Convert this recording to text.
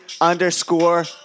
underscore